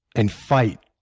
and fight